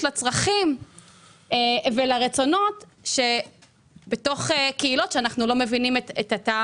לצרכים ולרצונות של קהילות שאנחנו לא מכירים את הטעם